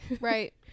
Right